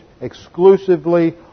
exclusively